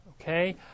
Okay